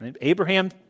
Abraham